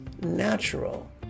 natural